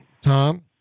Tom